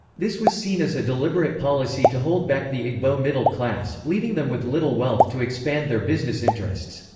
this was seen as a deliberate policy to hold back the igbo middle class, leaving them with little wealth to expand their business interests.